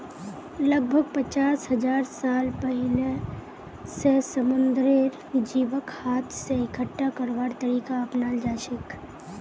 लगभग पचास हजार साल पहिलअ स समुंदरेर जीवक हाथ स इकट्ठा करवार तरीका अपनाल जाछेक